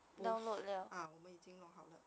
both ah 我们已经弄好了